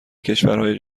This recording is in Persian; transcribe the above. کشورهای